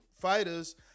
fighters